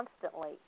constantly